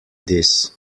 this